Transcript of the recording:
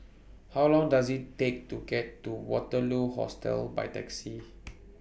How Long Does IT Take to get to Waterloo Hostel By Taxi